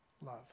love